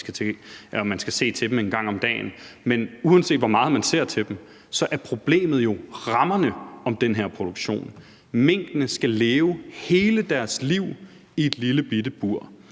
at man skal se til dem en gang om dagen, men uanset hvor meget man ser til dem, er problemet jo rammerne om den her produktion: Minkene skal leve hele deres liv i et lillebitte bur.